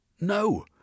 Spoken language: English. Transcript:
No